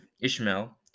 Ishmael